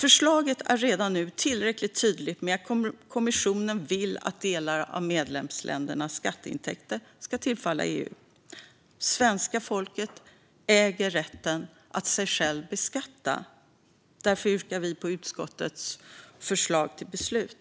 Förslaget är redan nu tillräckligt tydligt med att kommissionen vill att delar av medlemsländernas skatteintäkter ska tillfalla EU. Svenska folket äger rätten att sig självt beskatta. Därför yrkar vi bifall till utskottets förslag till beslut.